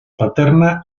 paterna